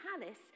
palace